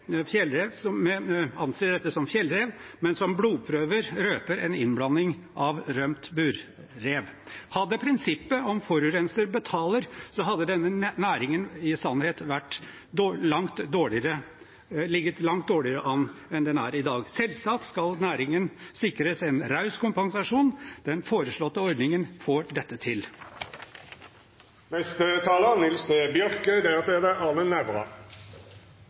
fjellrev, men der blodprøver røper en innblanding av rømt burrev. Hadde man fulgt prinsippet om at forurenser betaler, hadde denne næringen i sannhet ligget langt dårligere an enn den gjør i dag. Selvsagt skal næringen sikres en raus kompensasjon. Den foreslåtte ordningen får dette til. Først vil eg berre støtta opp om det Per Olaf Lundteigen sa når det gjeld kompensasjon. Det står eg fullt ut bak. Dette er